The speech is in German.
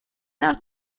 nach